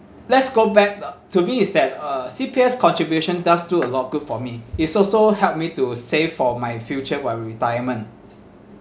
let's go back uh to me is that uh C_P_F contribution does do a lot good for me is also helped me to save for my future my retirement